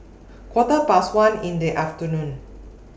Quarter Past one in The afternoon